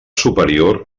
superior